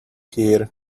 here